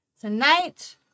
Tonight